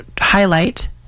highlight